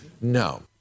No